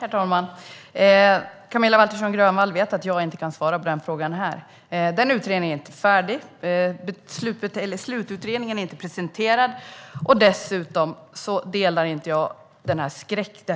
Herr talman! Camilla Waltersson Grönvall vet att jag inte kan svara på den frågan här. Utredningen är inte färdig. Slututredningen är inte presenterad. Men jag delar inte